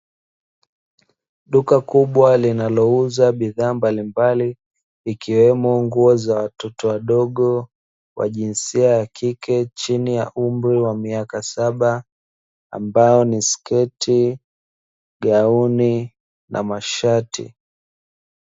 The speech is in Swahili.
Duka kubwa linalouza bidhaa mbalimbali, ikiwemo nguo za watoto wadogo wa jinsia ya kike, chini ya umri wa miaka saba; ambazo ni sketi, gauni, na mashati.